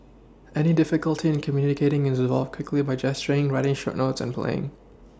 any difficulty in communicating is resolved quickly by gesturing writing short notes and playing